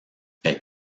est